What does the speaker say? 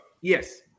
Yes